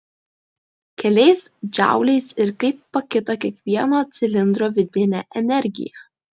keliais džauliais ir kaip pakito kiekvieno cilindro vidinė energija